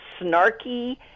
snarky